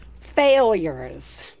Failures